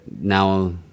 now